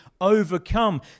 overcome